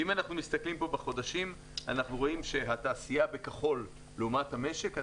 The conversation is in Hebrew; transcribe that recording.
אם אנחנו מסתכלים פה בחודשים אנחנו רואים שהתעשייה בכחול לעומת המשק,